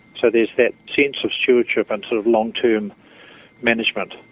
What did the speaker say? so there's that sense of stewardship and sort of long-term management,